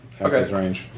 Okay